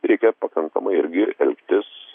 reikia pakankamai irgi elgtis